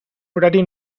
horari